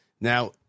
Now